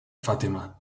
fatima